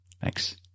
thanks